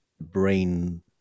brain